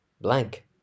blank